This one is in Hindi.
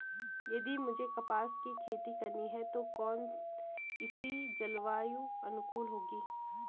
यदि मुझे कपास की खेती करनी है तो कौन इसी जलवायु अनुकूल होगी?